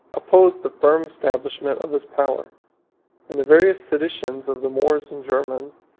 opposed the firm establishment of his power and the various seditions of the moors and germans,